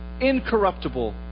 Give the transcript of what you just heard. incorruptible